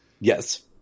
Yes